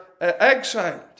exiled